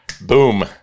boom